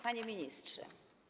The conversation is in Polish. Panie Ministrze!